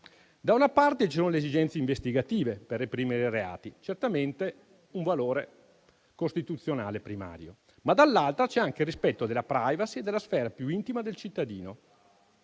da una parte ci sono le esigenze investigative per reprimere i reati (certamente un valore costituzionale primario), ma dall'altra c'è anche il rispetto della *privacy* e della sfera più intima del cittadino,